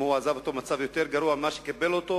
אם הוא עזב אותו במצב יותר גרוע מהמצב שבו הוא קיבל אותו,